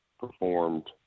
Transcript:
performed